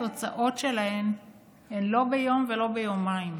התוצאות שלהם הן לא ביום ולא ביומיים,